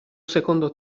secondo